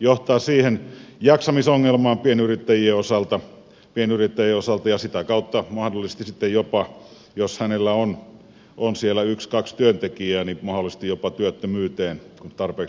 johtaa siihen jaksamisongelmaan pienyrittäjän osalta ja sitä kautta mahdollisesti sitten jos hänellä on siellä yksi kaksi työntekijää jopa työttömyyteen jos tarpeeksi pitkälle jatkuu